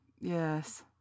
Yes